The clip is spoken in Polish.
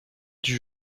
dziś